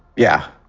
yeah,